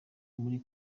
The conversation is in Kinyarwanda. muri